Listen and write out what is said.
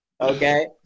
Okay